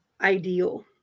ideal